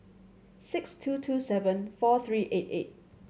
six two two seven four three eight eight